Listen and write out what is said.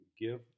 Give